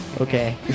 Okay